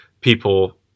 people